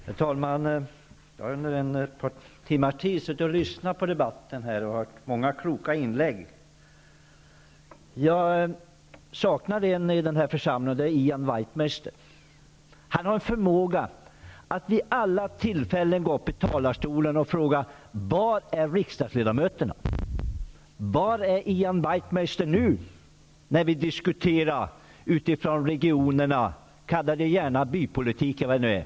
Herr talman! Jag har nu under ett par timmars tid suttit och lyssnat till debatten, och jag har hört många kloka inlägg. Jag saknar en person i den här församlingen, och det är Ian Wachtmeister. Han har en förmåga att vid alla tillfällen gå upp i talarstolen och fråga: Var är riksdagsledamöterna? Var är nu Ian Wachtmeister när vi utifrån regionerna diskuterar dessa frågor -- kalla det gärna bypolitik, eller vad det nu är?